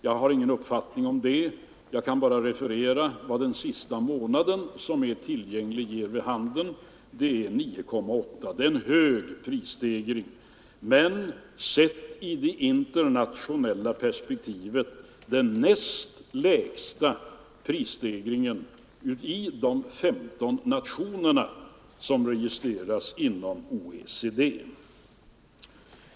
Jag har ingen egen uppfattning om det, utan kan bara referera till de senaste tolv månadernas prisökning på 9,8 procent. Det är en hög prisstegring men sett i det internationella perspektivet den näst lägsta bland de 15 nationer som registreras inom OECD.